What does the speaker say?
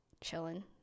chilling